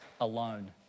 Alone